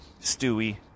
Stewie